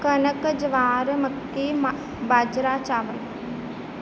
ਕਣਕ ਜਵਾਰ ਮੱਕੀ ਮਾ ਬਾਜਰਾ ਚਾਵਲ